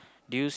do you